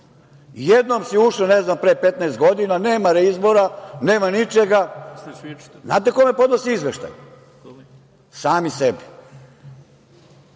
Jednom si ušla, ne znam, pre 15 godina, nema reizbora, nema ničega. Znate kome podnose izveštaj? Sami sebi.